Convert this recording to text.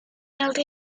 inoltre